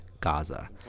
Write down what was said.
Gaza